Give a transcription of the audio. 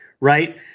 Right